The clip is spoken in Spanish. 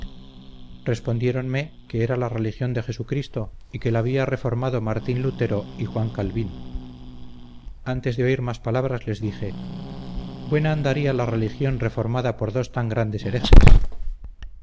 reformado respondieronme que era la religión de jesucristo y que la había reformado martín lutero y juan calvino antes de oír más palabras les dije buena andaría la religión reformada por dos tan grandes